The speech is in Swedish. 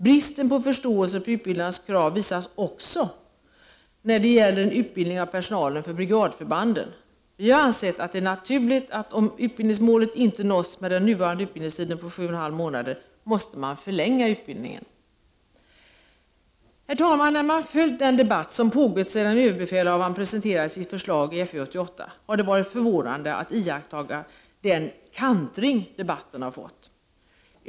Bristen på förståelse för utbildarens krav visas också när det gäller utbildning av personal för brigadförbanden. Vi har ansett att det är naturligt att utbildningen, om utbildningsmålet inte nås med den nuvarande utbildningstiden på sju och en halv månad, måste förlängas. Herr talman! När man följt den debatt som pågått sedan ÖB presenterade sitt förslag i FU 88 har det varit förvånande att iaktta den kantring debatten fått.